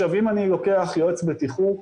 אם אני לוקח יועץ בטיחות,